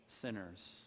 sinners